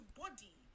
body